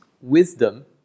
wisdom